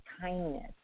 kindness